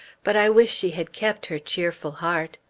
but i wish she had kept her cheerful heart.